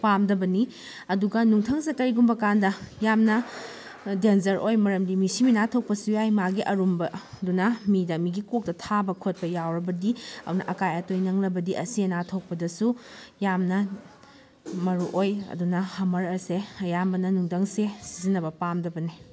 ꯄꯥꯝꯗꯕꯅꯤ ꯑꯗꯨꯒ ꯅꯨꯡꯊꯪꯁꯦ ꯀꯔꯤꯒꯨꯝꯕꯀꯥꯟꯗ ꯌꯥꯝꯅ ꯗꯦꯟꯖꯔ ꯑꯣꯏ ꯃꯔꯝꯗꯤ ꯃꯤꯁꯤ ꯃꯤꯅꯥ ꯊꯣꯛꯄꯁꯨ ꯌꯥꯏ ꯃꯥꯒꯤ ꯑꯔꯨꯝꯕꯗꯨꯅ ꯃꯤꯗ ꯃꯤꯒꯤ ꯀꯣꯛꯇ ꯊꯥꯕ ꯈꯣꯠꯄ ꯌꯥꯎꯔꯕꯗꯤ ꯑꯗꯨꯅ ꯑꯀꯥꯏ ꯑꯇꯣꯏ ꯅꯪꯂꯕꯗꯤ ꯑꯁꯤ ꯑꯅꯥ ꯊꯣꯛꯄꯗꯁꯨ ꯌꯥꯝꯅ ꯃꯔꯨꯑꯣꯏ ꯑꯗꯨꯅ ꯍꯝꯃꯔ ꯑꯁꯦ ꯑꯌꯥꯝꯕꯅ ꯅꯨꯡꯊꯪꯁꯦ ꯁꯤꯖꯤꯟꯅꯕ ꯄꯥꯝꯗꯕꯅꯤ